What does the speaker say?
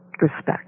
respect